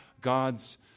God's